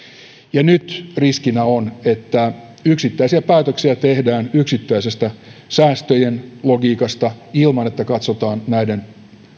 ja nyt riskinä on että yksittäisiä päätöksiä tehdään yksittäisten säästöjen logiikasta ilman että katsotaan näiden